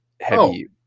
heavy –